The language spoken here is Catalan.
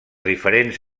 diferents